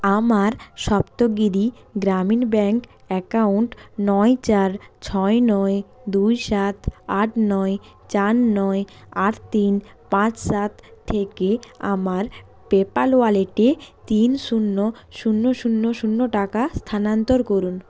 আমার Saptagiri Grameen bank account নয় চার ছয় নয় দুই সাত আট নয় চার নয় আট তিন পাঁচ সাত থেকে আমার পেপ্যাল ওয়ালেটে তিন শূন্য শূন্য শূন্য শূন্য টাকা স্থানান্তর করুন